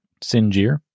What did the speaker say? Sinjir